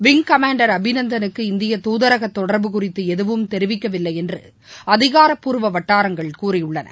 wing commander அபிநந்தனுக்கு இந்திய தூதரக தொடர்பு குறித்து எதுவும் தெரிவிக்கவில்லை என்று அதிகாரப்பூர்வ வட்டாரங்கள் கூறியுள்ளன